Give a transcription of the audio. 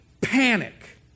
panic